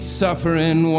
suffering